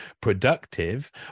productive